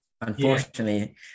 unfortunately